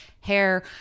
hair